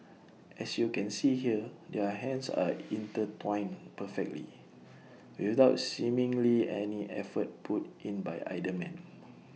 as you can see here their hands are intertwined perfectly without seemingly any effort put in by either man